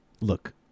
look